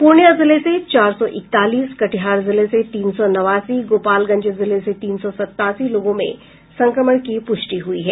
पूर्णिया जिले से चार सौ इकतालीस कटिहार जिले से तीन सौ नवासी गोपालगंज जिले से तीन सौ सतासी लोगों में संक्रमण की पुष्टि हुई है